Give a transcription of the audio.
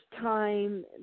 time